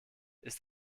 ist